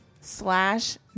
slash